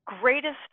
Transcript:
greatest